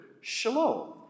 shalom